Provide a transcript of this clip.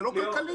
זה לא כלכלי.